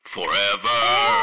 Forever